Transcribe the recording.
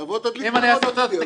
תבוא להדליק נרות איתנו.